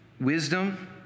Wisdom